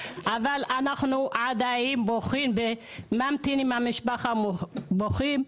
אבל אנחנו עד היום בוכים וממתינים למשפחה ובוכים.